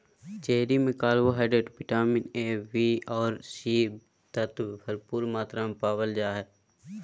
cherry में carbohydrate, vitamin A, B आर C तत्व भरपूर मात्रा में पायल जा हइ